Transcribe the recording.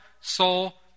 soul